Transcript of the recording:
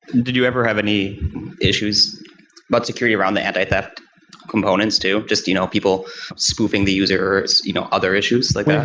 did you ever have any issues about security around the antitheft components too? just you know people spoofing the user s you know other issues like that?